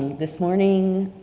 this morning,